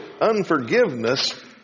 unforgiveness